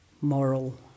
moral